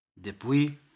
depuis